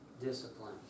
discipline